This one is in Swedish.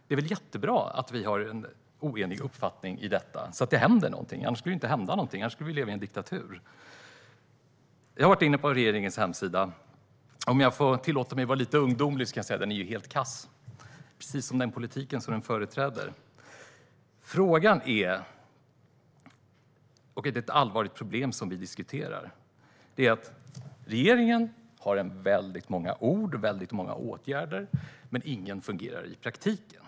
Det är väl jättebra att vi är oeniga i våra uppfattningar om detta så att det händer någonting. Annars skulle ingenting hända; annars skulle vi leva i en diktatur. Jag har varit inne på regeringens hemsida. Om jag får tillåta mig att vara lite ungdomlig kan jag säga att den är helt kass, precis som den politik som regeringen företräder. Ett allvarligt problem som vi diskuterar är att regeringen använder väldigt många ord och vidtar väldigt många åtgärder. Men inga fungerar i praktiken.